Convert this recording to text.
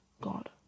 God